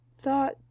thought